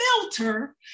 filter